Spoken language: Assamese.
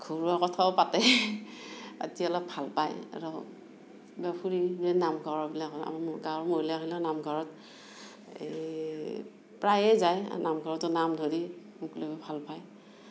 ঘৰুৱা কথাও পাতে পাতি অলপ ভাল পায় আৰু ফুৰি নামঘৰবিলাকৰ আৰু মোৰ গাঁৱৰ মহিলাসকলেও নামঘৰত এই প্ৰায়ে যায় নামঘৰতো নাম ধৰি মুকলিভাৱে ভাল পায়